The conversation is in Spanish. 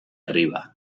arriba